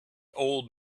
old